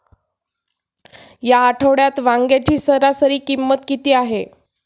या आठवड्यात वांग्याची सरासरी किंमत किती आहे?